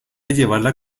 llevarla